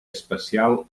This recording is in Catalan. especial